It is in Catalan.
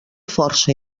força